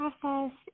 process